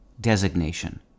designation